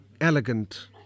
elegant